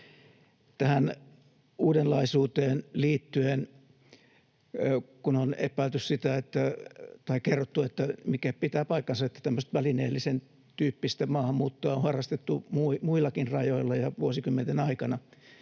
Tähän uudenlaisuuteen liittyen: On kerrottu — mikä pitää paikkansa — että tämmöistä välineellisen tyyppistä maahanmuuttoa on harrastettu muillakin rajoilla ja vuosikymmenten aikana.